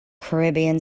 caribbean